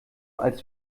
als